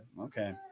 Okay